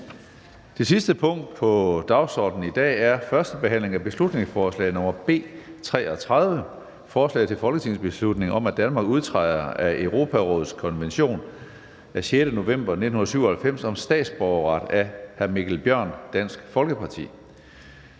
Det sidste punkt på dagsordenen er: 4) 1. behandling af beslutningsforslag nr. B 33: Forslag til folketingsbeslutning om, at Danmark udtræder af Europarådets konvention af 6. november 1997 om statsborgerret (statsborgerretskonventionen).